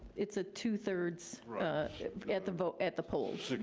it's ah two-thirds at the vote, at the polls.